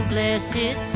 Blessed